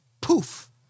poof